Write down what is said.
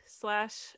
slash